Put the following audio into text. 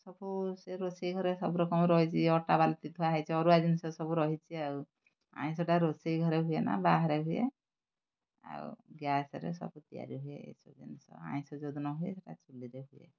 ସବୁ ସେ ରୋଷେଇ ଘରେ ସବୁ ରକମ ରହିଛି ଅଟା ବାଲ୍ଟି ଥୁଆ ହେଇଛି ଅରୁଆ ଜିନିଷ ସବୁ ରହିଛି ଆଉ ଆଇଁଷଟା ରୋଷେଇ ଘରେ ହୁଏ ନା ବାହାରେ ହୁଏ ଆଉ ଗ୍ୟାସ୍ରେ ସବୁ ତିଆରି ହୁଏ ଏସବୁ ଜିନିଷ ଆଇଁଷ ଯୋଉଦିନ ହୁଏ ସେଟା ଚୁଲ୍ହିରେ ହୁଏ